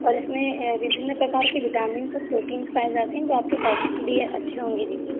और इसमें विभिन्न प्रकार के विटामिन्स और प्रोटीन्स पाए जाते हैं जो आपके स्वास्थ्य के लिए अच्छे होंगे दीदी